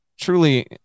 truly